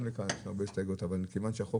גם לתאגיד כאן יש הרבה הסתייגויות אבל מכיוון שהחוק